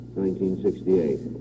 1968